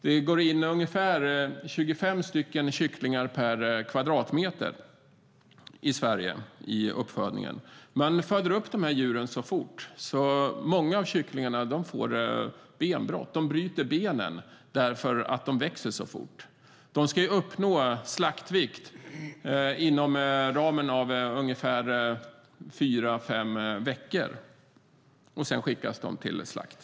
Det är ungefär 25 kycklingar per kvadratmeter inom uppfödningen i Sverige. Man föder upp djuren så fort att många av kycklingarna får benbrott. De bryter benen därför att de växer så fort. De ska uppnå slaktvikt inom ungefär fyra fem veckor. Sedan skickas de till slakt.